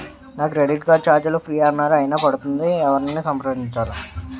నా credit card ఛార్జీలు free అన్నారు అయినా పడుతుంది ఎవరిని సంప్రదించాలి?